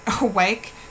awake